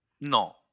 No